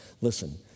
Listen